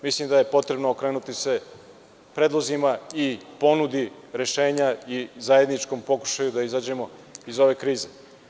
Mislim da je potrebno okrenuti se predlozima i ponudi rešenja i zajedničkom pokušaju da izađemo iz ove krize.